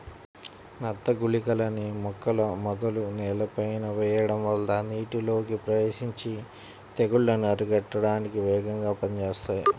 నత్త గుళికలని మొక్కల మొదలు నేలపైన వెయ్యడం వల్ల నీటిలోకి ప్రవేశించి తెగుల్లను అరికట్టడానికి వేగంగా పనిజేత్తాయి